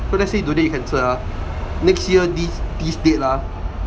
so let's say today you cancel ah next year this this date ah